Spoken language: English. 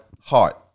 heart